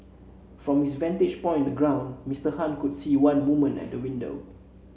from his vantage point in the ground Mister Han could see one woman at the window